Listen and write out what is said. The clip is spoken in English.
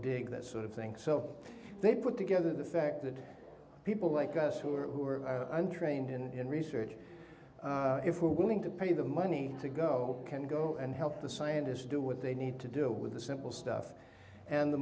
dig that sort of thing so they put together the fact that people like us who are untrained in research if we're willing to pay the money to go can go and help the scientists do what they need to do with the simple stuff and the